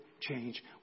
change